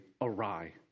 awry